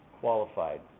qualified